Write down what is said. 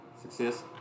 Success